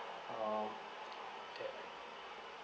um that